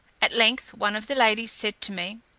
at length one of the ladies said to me,